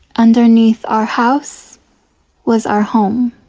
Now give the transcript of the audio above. underneath our house was our home